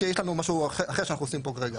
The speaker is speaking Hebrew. כי יש לנו משהו אחר שאנחנו עושים פה כרגע.